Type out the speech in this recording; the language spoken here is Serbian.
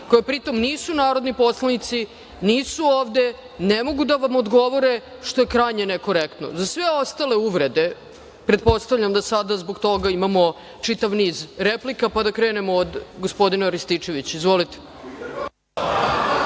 koja pri tom nisu narodni poslanici, nisu ovde, ne mogu da vam odgovore, što je krajnje nekorektno.Za sve ostale uvrede, pretpostavljam da sada zbog toga imamo čitav niz replika, pa da krenemo od gospodina Rističevića. Izvolite.